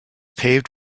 paved